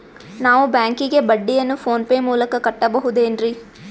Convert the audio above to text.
ನಾವು ಬ್ಯಾಂಕಿಗೆ ಬಡ್ಡಿಯನ್ನು ಫೋನ್ ಪೇ ಮೂಲಕ ಕಟ್ಟಬಹುದೇನ್ರಿ?